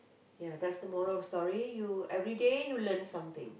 yeah that's the moral of the story everyday you learn something